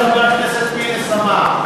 זה מה שחבר הכנסת פינס אמר.